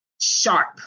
sharp